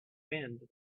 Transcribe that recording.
wind